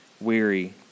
weary